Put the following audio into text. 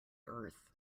earth